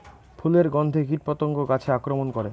ফুলের গণ্ধে কীটপতঙ্গ গাছে আক্রমণ করে?